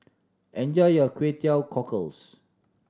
enjoy your Kway Teow Cockles